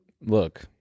look